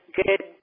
good